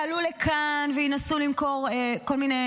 כנראה שיעלו לכאן וינסו למכור כל מיני